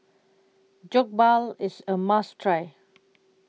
Jokbal IS A must Try